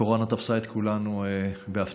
הקורונה תפסה את כולנו בהפתעה.